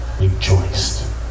rejoiced